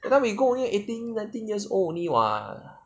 and then we go only eating the teen years only [what]